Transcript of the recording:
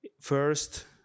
First